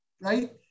right